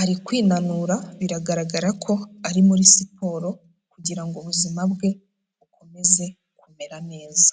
ari kwinanura biragaragara ko ari muri siporo kugira ngo ubuzima bwe bukomeze kumera neza.